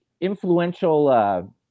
influential